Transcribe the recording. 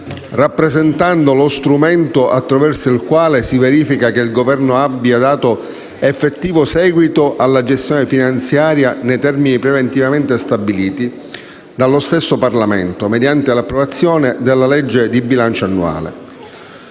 rappresentando lo strumento attraverso il quale si verifica che il Governo abbia dato effettivo seguito alla gestione finanziaria nei termini preventivamente stabiliti dallo stesso Parlamento, mediante l'approvazione della legge di bilancio annuale.